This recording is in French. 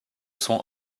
sont